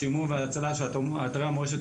שימור והצלה של אתרי מורשת